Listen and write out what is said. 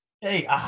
Hey